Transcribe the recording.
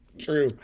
true